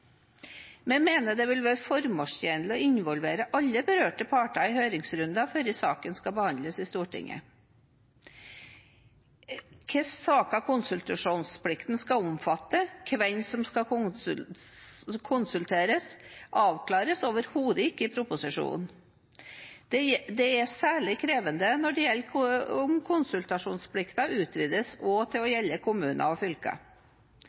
Vi mener det vil være formålstjenlig å involvere alle berørte parter i høringsrunden før saken skal behandles i Stortinget. Hvilke saker konsultasjonsplikten skal omfatte, hvem som skal konsulteres, avklares overhodet ikke i proposisjonen. Det er særlig krevende når det gjelder om konsesjonsplikten utvides til også å gjelde kommuner og fylker.